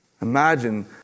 imagine